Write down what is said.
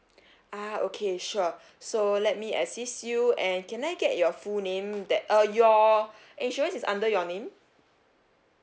ah okay sure so let me assist you and can I get your full name that uh your insurance is under your name